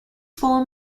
four